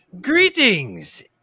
greetings